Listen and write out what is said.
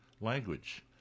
Language